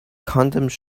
condoms